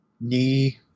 knee